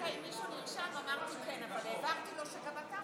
אמרת לי שחבר הכנסת